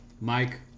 Mike